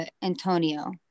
Antonio